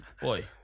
boy